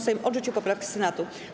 Sejm odrzucił poprawkę Senatu.